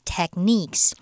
Techniques